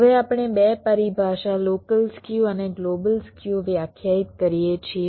હવે આપણે 2 પરિભાષા લોકલ સ્ક્યુ અને ગ્લોબલ સ્ક્યુ વ્યાખ્યાયિત કરીએ છીએ